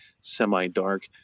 semi-dark